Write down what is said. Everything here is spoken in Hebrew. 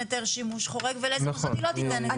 היתר שימוש חורג ולאיזה מוסדות היא לא תיתן היתר שימוש חורג.